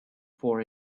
for